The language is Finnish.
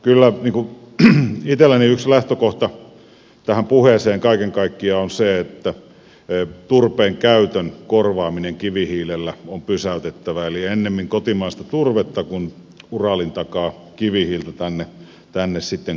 kyllä itselläni yksi lähtökohta tähän puheeseen kaiken kaikkiaan on se että turpeen käytön korvaaminen kivihiilellä on pysäytettävä eli ennemmin kotimaista turvetta kuin että uralin takaa kivihiiltä tänne kuskataan